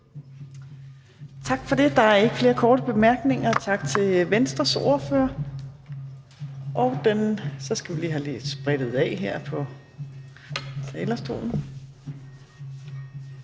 Tak for det. Der er ikke flere korte bemærkninger. Tak til Venstres ordfører. Så skal vi lige have sprittet af her på talerstolen.